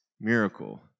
miracle